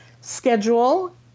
schedule